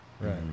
right